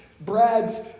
Brad's